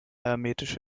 hermetisch